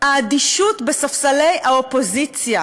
האדישות בספסלי האופוזיציה